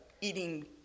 eating